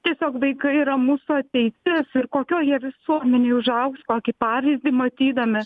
tiesiog vaikai yra mūsų ateitis ir kokioj jie visuomenėj užaugs kokį pavyzdį matydami